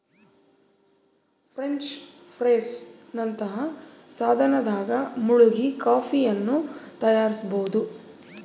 French press ನಂತಹ ಸಾಧನದಾಗ ಮುಳುಗಿ ಕಾಫಿಯನ್ನು ತಯಾರಿಸಬೋದು